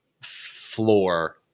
floor